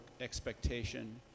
expectation